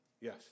Yes